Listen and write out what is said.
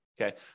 okay